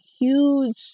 huge